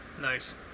Nice